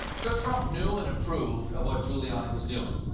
so trump knew and approved of what giuliani was doing.